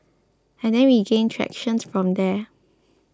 and then we gained tractions from there